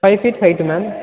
five feat height ma'am